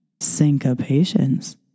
syncopations